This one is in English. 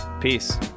Peace